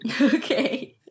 Okay